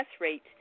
rate